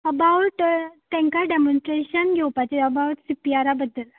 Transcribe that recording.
about तेंकां demonstration घेवपाचें अबावट सीपीआरा बद्दल